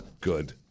good